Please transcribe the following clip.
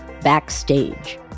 Backstage